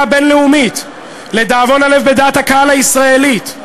הבין-לאומית ולדאבון הלב בדעת הקהל הישראלית,